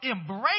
embrace